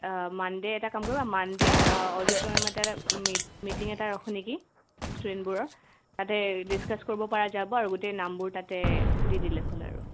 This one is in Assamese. মানডে এটা কাম কৰিবা মানডে অডিটৰিয়ামতে এটা মি মিটিং এটা ৰাখো নেকি ষ্টুডেণ্টবোৰৰ তাতে ডিচকাছ কৰিব পৰা যাব আৰু গোটেই নামবোৰ তাতে দি দিলে হ'ল আৰু